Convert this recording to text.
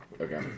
Okay